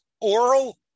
oral